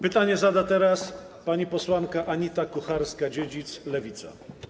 Pytanie zada pani posłanka Anita Kucharska-Dziedzic, Lewica.